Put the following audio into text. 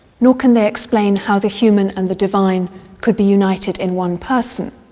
nor can they explain how the human and the divine could be united in one person.